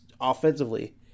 offensively